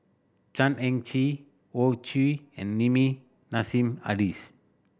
Chan Heng Chee Hoey Choo and Nassim Adis